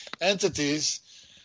entities